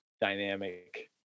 dynamic